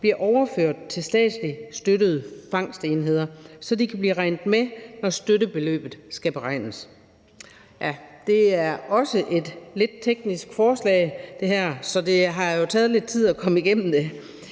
bliver overført til statsligt støttede fangstenheder, så de kan blive regnet med, når støttebeløbet skal beregnes. Det er et lidt teknisk lovforslag, så det har taget lidt tid at komme igennem det.